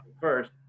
first